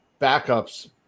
backups